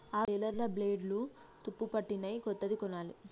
ఆ బేలర్ల బ్లేడ్లు తుప్పుపట్టినయ్, కొత్తది కొనాలి